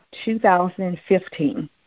2015